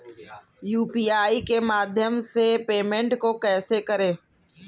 UPI के माध्यम से पेमेंट को कैसे करें?